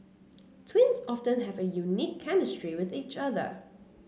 twins often have a unique chemistry with each other